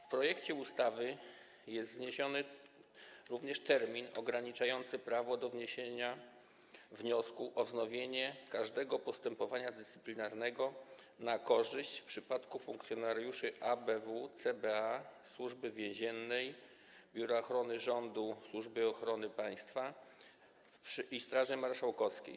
W projekcie ustawy jest zniesiony również termin ograniczający prawo do wniesienia wniosku o wznowienie każdego postępowania dyscyplinarnego na korzyść w przypadku funkcjonariuszy ABW, CBA, Służby Więziennej, Biura Ochrony Rządu, Służby Ochrony Państwa i Straży Marszałkowskiej.